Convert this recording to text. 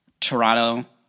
Toronto